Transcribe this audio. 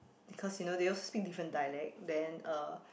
because you know they all speak different dialect then uh